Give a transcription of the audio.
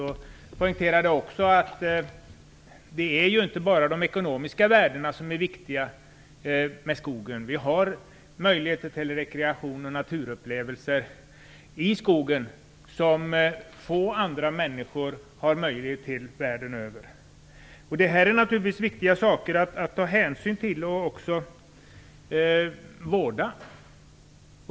Han poängterade också att det inte bara är skogens ekonomiska värden som är viktiga. Vi har möjligheter till rekreation och naturupplevelser i skogen som få andra människor i världen har. Det är naturligtvis viktiga saker att ta hänsyn till och vårda.